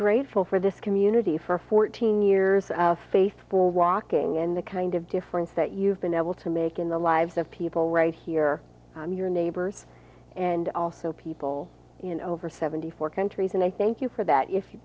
grateful for this community for fourteen years of faith for rocking in the kind of difference that you've been able to make in the lives of people right here on your neighbors and also people you know over seventy four countries and i thank you for that if